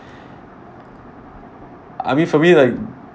I mean for me like